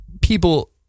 people